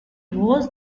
was